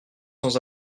sans